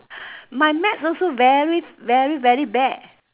my maths also very very very bad